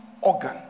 organ